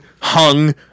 hung